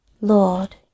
Lord